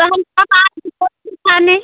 तो हम कब आए रिपोर्ट लिखाने